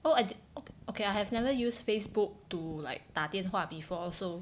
oh I did okay okay I have never used Facebook to like 打电话 before so